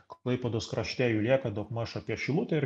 klaipėdos krašte jų lieka daugmaž apie šilutę ir